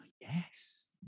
yes